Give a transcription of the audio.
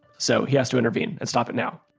so he has to intervene and stop it now